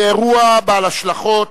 זהו אירוע בעל השלכות